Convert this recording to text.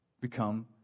Become